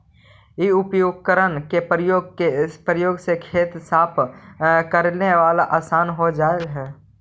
इ उपकरण के प्रयोग से खेत के साफ कऽरेला असान हो जा हई